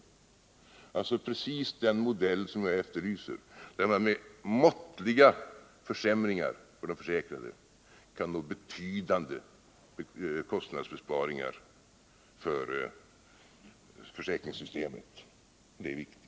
Det är alltså precis den modell som jag efterlyser, dvs. att måttliga försämringar för de försäkrade kan vara betydande kostnadsbesparingar för försäkringssystemet, och det är viktigt.